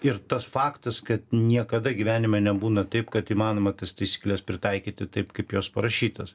ir tas faktas kad niekada gyvenime nebūna taip kad įmanoma tas taisykles pritaikyti taip kaip jos parašytos